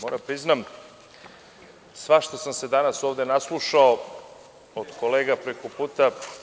Moram priznati, svašta sam se danas ovde naslušao od kolega preko puta.